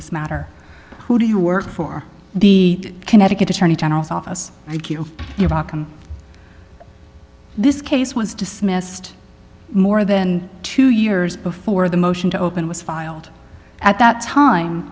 this matter who do you work for the connecticut attorney general's office thank you you're welcome this case was dismissed more than two years before the motion to open was filed at that time